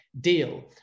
deal